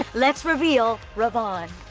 and let's reveal ravone.